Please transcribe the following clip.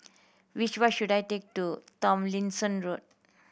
which bus should I take to Tomlinson Road